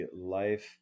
life